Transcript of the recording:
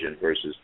versus